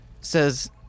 says